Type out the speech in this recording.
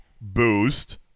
boost